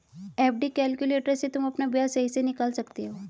FD calculator से तुम अपना ब्याज सही से निकाल सकते हो